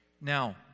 Now